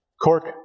Cork